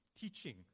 teaching